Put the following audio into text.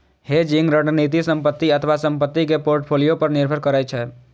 hedging रणनीति संपत्ति अथवा संपत्ति के पोर्टफोलियो पर निर्भर करै छै